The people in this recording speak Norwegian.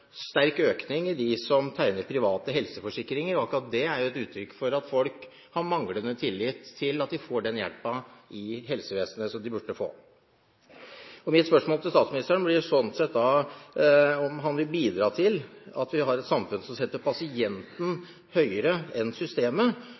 sterk økning av dem som tegner private helseforsikringer, og akkurat det er et uttrykk for at folk har manglende tillit til at de får den hjelpen i helsevesenet som de burde få. Mitt spørsmål til statsministeren blir da om han vil bidra til at vi får et samfunn som setter pasienten